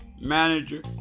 manager